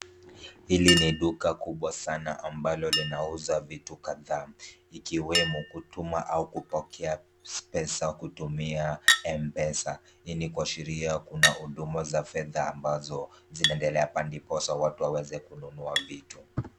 Hili ni duka kubwa sana ambalo linauza vitu kadhaa ikiwemo kutuma au kupokea pesa kutumia Mpesa. Hii ni kuashiria kuna huduma za fedha ambazo zinaendelea hapa ndiposa watu waweze kununua vitu.